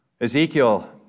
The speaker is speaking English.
Ezekiel